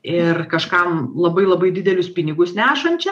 ir kažkam labai labai didelius pinigus nešančia